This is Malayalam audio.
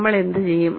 നമ്മൾ എന്തുചെയ്യും